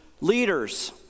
leaders